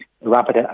rapid